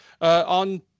on